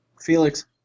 Felix